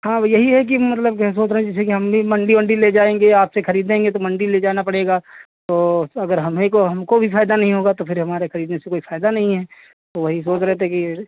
हाँ अब यही है कि मतलब कि सोच रहे थे जैसे कि हम भी कि मंडी वंडी लेकर जाएंगे आपसे ख़रीदेंगे तो मंडी ले जाना पड़ेगा तो अगर हम ही को हमको ही फायदा नहीं होगा तो फिर हमारे ख़रीदने से कोई फायदा नहीं है वही सोच रहे थे कि